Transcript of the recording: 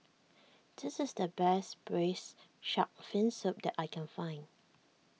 this is the best Braised Shark Fin Soup that I can find